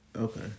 Okay